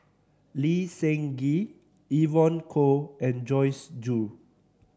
Lee Seng Gee Evon Kow and Joyce Jue